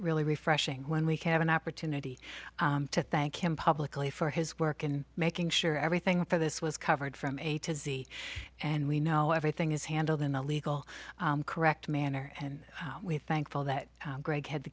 really refreshing when we can have an opportunity to thank him publicly for his work in making sure everything for this was covered from a to z and we know everything is handled in a legal correct manner and we're thankful that greg had the